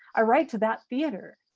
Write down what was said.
i write to that theater.